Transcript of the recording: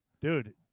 Dude